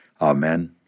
amen